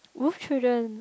Wolf Children